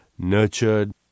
nurtured